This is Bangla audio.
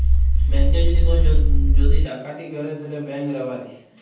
ব্যাংকে যদি কেউ যদি ডাকাতি ক্যরে সেট ব্যাংক রাবারি